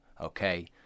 Okay